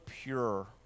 pure